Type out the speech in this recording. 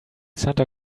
santa